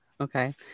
okay